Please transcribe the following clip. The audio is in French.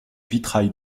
vitrail